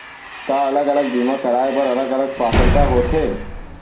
का अलग अलग बीमा कराय बर अलग अलग पात्रता होथे?